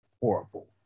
horrible